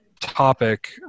topic